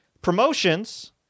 Promotions